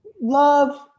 love